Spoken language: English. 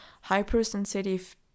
hypersensitive